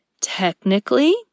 Technically